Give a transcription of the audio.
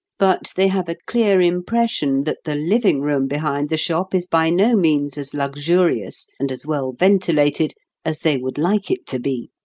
but they have a clear impression that the living-room behind the shop is by no means as luxurious and as well-ventilated as they would like it to be.